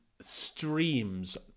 streams